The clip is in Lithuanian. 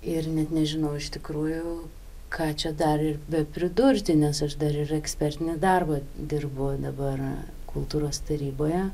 ir net nežinau iš tikrųjų ką čia dar ir bepridurti nes aš dar ir ekspertinį darbą dirbu dabar kultūros taryboje